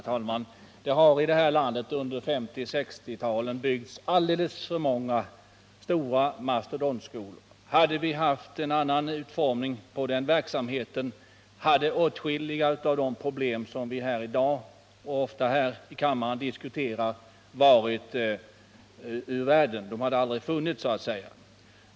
Herr talman! Det har i det här landet under 1950 och 1960-talen byggts alldeles för många mastodontskolor. Hade vi haft en annan utformning av den verksamheten, hade åtskilliga av de problem som vi i dag har och ofta diskuterar varit ur världen eller aldrig ens uppstått.